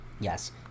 Yes